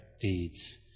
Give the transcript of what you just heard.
deeds